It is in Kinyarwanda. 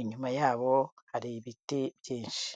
inyuma yabo hari ibiti byinshi.